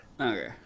Okay